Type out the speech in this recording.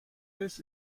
this